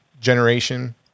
generation